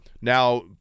now